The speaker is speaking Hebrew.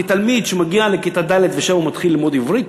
כי תלמיד שמגיע לכיתה ד' ואז הוא מתחיל ללמוד עברית,